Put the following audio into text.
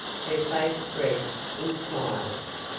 her face wreathed in smiles.